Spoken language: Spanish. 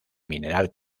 mineral